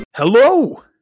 Hello